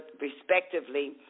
respectively